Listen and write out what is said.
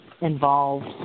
involved